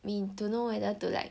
we don't know whether to like